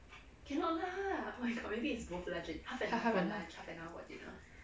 ha~ half and half